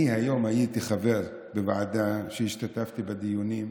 הייתי היום חבר בוועדה והשתתפתי בדיונים.